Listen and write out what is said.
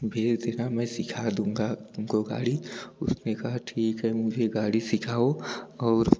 भेज देना मैं सिखा दूँगा तुमको गाड़ी उसने कहा ठीक है मुझे गाड़ी सिखाओ और